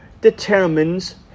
determines